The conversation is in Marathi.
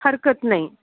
हरकत नाही